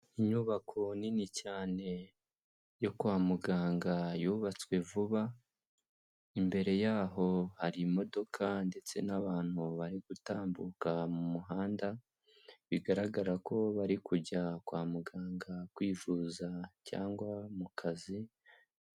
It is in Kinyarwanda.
Inyubako nini cyane yo kwa muganga yubatswe vuba, imbere yaho hari imodoka ndetse n'abantu bari gutambuka mu muhanda, bigaragara ko bari kujya kwa muganga kwivuza cyangwa mu kazi.